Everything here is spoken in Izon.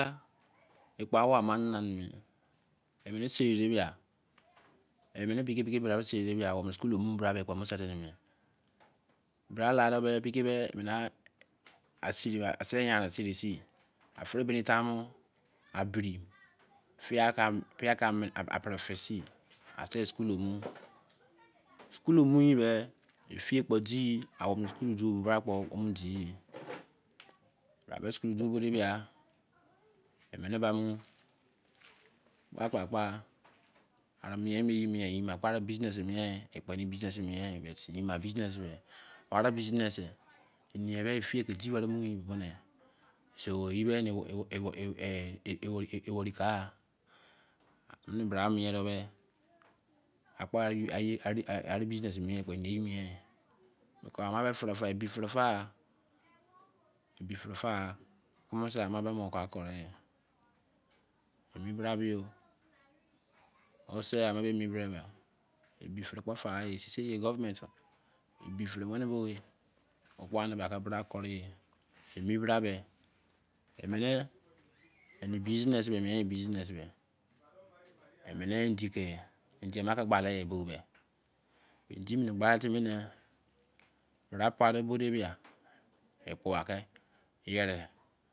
Ekpo awou ama hanaane keme sei mene pei ke seriah awou school mu ekpo set deh bra la de beh as si siri deh bra la de beh as si ri si afuru bimi taimo abiri afie pere fei sin al sei school mu school mu beh effie kpo dii school to bo bra kpo eneme di emene ba mu kpa kpa nwe ye mie kpo business mien ye aru business eniye me ifie fee di bu so iye were kai a emene mu bra mene beh aru business mein ebi fere fene emi bra mie yo ebi fere kpo fa eh sisi ye ye govt ebi fere boh ke bra kure yeh emi bra beh emene business me endi hw gbali ekpoba ke yere